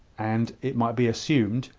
and, it might be assumed,